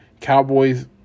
Cowboys